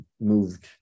moved